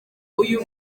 uyu